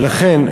ולכן,